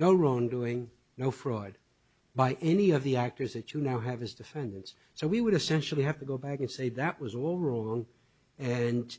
no wrongdoing no fraud by any of the actors that you now have as defendants so we would essentially have to go back and say that was a